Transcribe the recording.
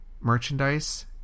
merchandise